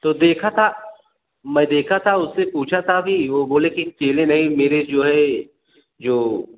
तो देखा था मैं देखा था उससे पूछा था भी ओ बोले कि चेले नहीं मेरे जो है जो